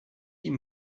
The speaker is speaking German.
ihm